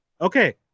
Okay